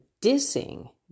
dissing